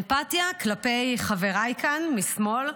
אמפתיה כלפי חבריי כאן משמאל,